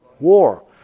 War